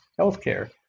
healthcare